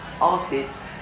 artists